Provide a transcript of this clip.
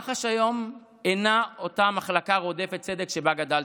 מח"ש היום אינה אותה מחלקה רודפת צדק שבה גדלתי.